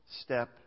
step